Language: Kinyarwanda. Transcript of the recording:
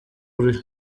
uri